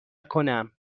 کنم